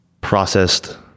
processed